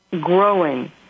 growing